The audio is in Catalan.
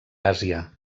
àsia